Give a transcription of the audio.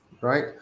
right